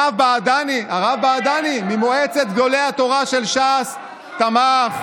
הרב בעדני, ממועצת גדולי התורה של ש"ס, תמך.